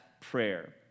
prayer